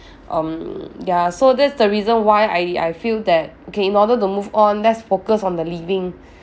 um ya so that's the reason why I I feel that okay in order to move on let's focus on the living